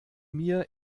mir